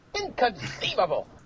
Inconceivable